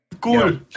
cool